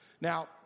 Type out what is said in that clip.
Now